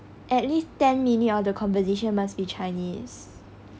at least ten minute of the conversation must be chinese